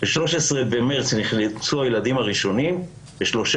ב-13 במרץ נכנסו הילדים הראשונים וב-13